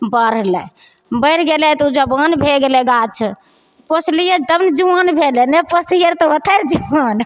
बढ़लै बढ़ि गेलै तऽ ओ जबान भए गेलै गाछ पोसलियै तब ने जुआन भेलै नहि पोसतियै रऽ तऽ होतै रऽ जुआन